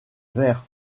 vert